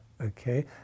okay